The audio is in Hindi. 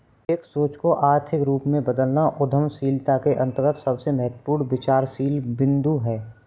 एक सोच को आर्थिक रूप में बदलना उद्यमशीलता के अंतर्गत सबसे महत्वपूर्ण विचारशील बिन्दु हैं